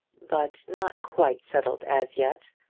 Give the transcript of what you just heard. but not quite settled as yet.